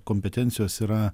kompetencijos yra